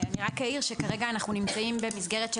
אני רק אעיר שכרגע אנחנו נמצאים במסגרת של